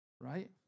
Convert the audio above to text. right